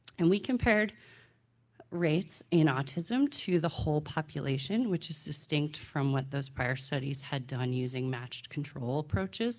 and we compared rates in autism to the whole population which is distinct from what those prior studies had done using matched control approaches